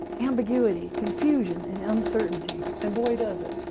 ambiguity, confusion, and uncertainty, and boy does it.